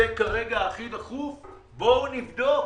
זה כרגע הכי דחוף, בואו נבדוק,